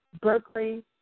Berkeley